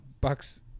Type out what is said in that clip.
Bucks